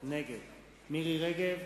נגד מירי רגב,